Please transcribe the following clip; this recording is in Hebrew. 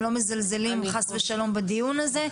הם לא מזלזלים חס ושלום בדיון הזה,